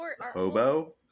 Hobo